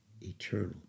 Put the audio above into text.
Eternal